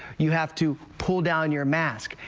you have to pull down your mask.